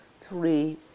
three